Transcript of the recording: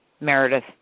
Meredith